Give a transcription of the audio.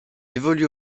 évolue